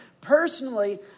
Personally